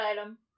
item